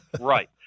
right